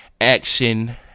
action